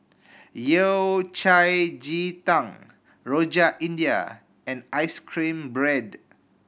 Yao Cai ji tang Rojak India and ice cream bread